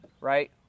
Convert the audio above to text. right